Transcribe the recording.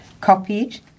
copied